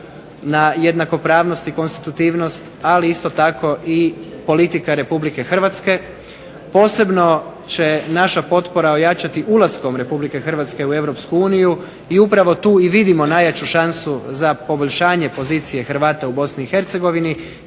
na jednakopravnost i konstitutivnost, ali isto tako i politika Republike Hrvatske, posebno će naša potpora ojačati ulaskom Republike Hrvatske u Europsku uniju, i upravo tu i vidimo najjaču šansu za poboljšanje pozicije Hrvata u Bosni